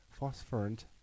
phosphorant